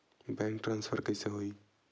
Bank transfer कइसे होही?